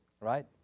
right